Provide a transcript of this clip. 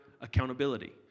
accountability